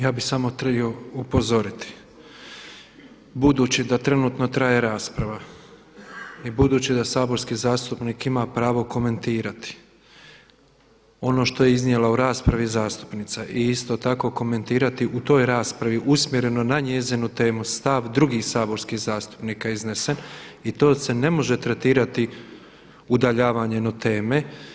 Ja bih samo htio upozoriti budući da trenutno traje rasprava i budući da saborski zastupnik ima pravo komentirati ono što je iznijela u raspravi zastupnica i isto tako komentirati u toj raspravi usmjereno na njezinu temu stav drugih saborskih zastupnika iznesen, i to se ne može tretirati udaljavanjem od teme.